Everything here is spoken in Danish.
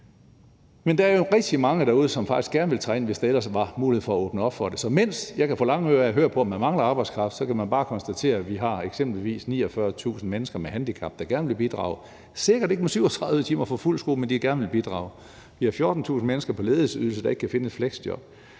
her. Der er jo rigtig mange derude, som faktisk gerne vil træde ind, hvis der ellers var mulighed for at åbne op for det. Så mens jeg kan få lange ører af at høre på, at man mangler arbejdskraft, kan man bare konstatere, at vi eksempelvis har 49.000 mennesker med handicap, der gerne vil bidrage – sikkert ikke med 37 timer for fuld skrue, men de vil gerne bidrage. Vi har 14.000 mennesker på ledighedsydelse, der ikke kan finde et fleksjob.